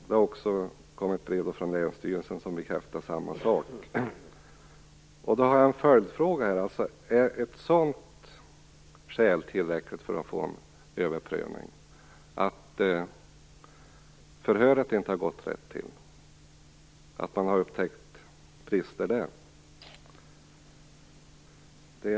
Det har också kommit brev från länsstyrelsen. Där bekräftas samma sak. Jag har en följdfråga. Är ett sådant skäl tillräckligt för en överprövning, dvs. att förhöret inte har gått rätt till och att man har upptäckt brister i det?